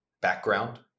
background